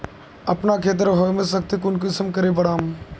अपना खेतेर ह्यूमस शक्ति कुंसम करे बढ़ाम?